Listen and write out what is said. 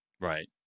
Right